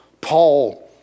Paul